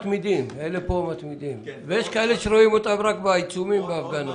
עוד משהו שעשינו ביחד,